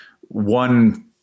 one